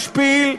משפיל,